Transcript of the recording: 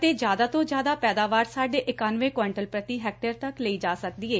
ਅਤੇ ਜਿਆਦਾ ਤੋ ਜ਼ਿਆਦਾ ਪੈਦਾਵਾਰ ਸਾਢੇ ਇਕਾਨਵੇ ਕੁਇੰਟਲ ਪ੍ਰਤੀ ਹੈਕਟੇਅਰ ਤੱਕ ਲਈ ਜਾ ਸਕਦੀ ਏ